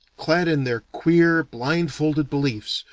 clad in their queer blindfolded beliefs,